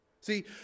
See